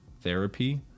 therapy